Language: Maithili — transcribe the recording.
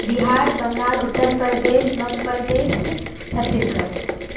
बिहार बङ्गाल उत्तर प्रदेश मध्यप्रदेश छत्तीसगढ़